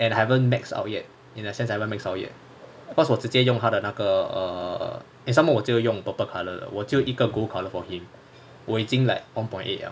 and I haven't max out yet in a sense I haven't max out yet cause 我直直接用他的那个 err and some more 我只有用 purple colour 的我只有一个 gold colour for him 我已经 like one point eight